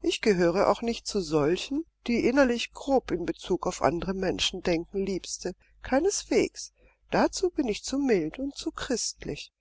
ich gehöre auch nicht zu solchen die innerlich grob in bezug auf andere menschen denken liebste keineswegs dazu bin ich zu mild und zu christlich